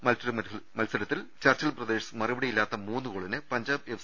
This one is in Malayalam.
മറ്റൊരു മത്സരത്തിൽ ചർച്ചിൽ ബ്രദേഴ്സ് മറുപടി യില്ലാത്ത മൂന്ന് ഗോളിന് പഞ്ചാബ് എഫ്